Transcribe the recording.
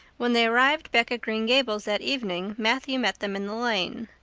when they arrived back at green gables that evening matthew met them in the lane.